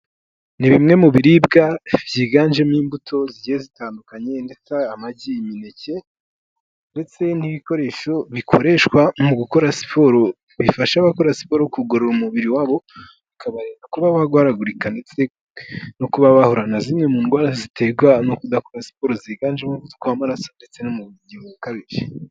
Ni bimwe mu biribwa byiganjemo imbuto zigiye zitandukanye. Ndetse amagi, imineke ndetse n'ibikoresho bikoreshwa mu gukora siporo. Bifasha abakora siporo kugorora umubiri wabo, ukubarinda kuba barwaragurika ndetse no kuba bahura n'indwara ziterwa no kudakora siporo. Ziganjemo umuvuko w'amaraso ndetse n'umubyibuho ukabije.